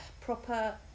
Proper